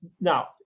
now